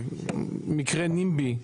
מקרה NIMBY,